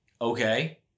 Okay